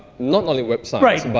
not only websites. and but